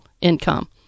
income